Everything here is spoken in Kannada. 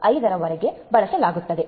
5 ರ ವರಗೆ ಬಳಸಲಾಗುತ್ತದೆ